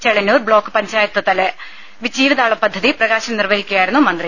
Chelannur block പഞ്ചായത്തിലെ ജീവതാളം പദ്ധതി പ്രകാശനം നിർവഹിക്കുകയായിരുന്നു മന്ത്രി